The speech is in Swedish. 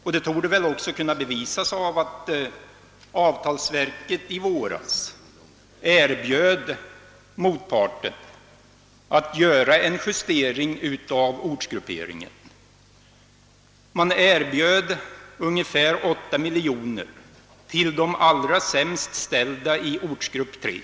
Detta torde också bevisas av att avtalsverket i våras erbjöd motparten att göra en justering av ortsgrupperingen. Man erbjöd ungefär åtta miljoner kronor att fördelas på de allra sämst ställda inom ortsgrupp 3.